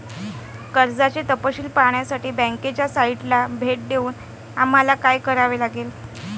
कर्जाचे तपशील पाहण्यासाठी बँकेच्या साइटला भेट देऊन आम्हाला काय करावे लागेल?